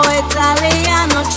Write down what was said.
italiano